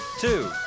two